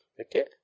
Okay